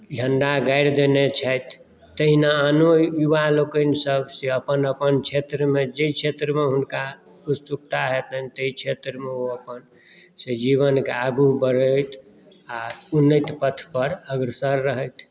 झण्डा गाड़ि देने छथि तहिना आनो युवा लोकनिसभ से अपन अपन क्षेत्रमे हुनका उत्सुकता हेतनि ताहि क्षेत्रमे ओ अपन से जीवनकेँ आगू बढ़थि आ उन्नत्ति पथपर अग्रसर रहथि